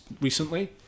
recently